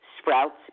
sprouts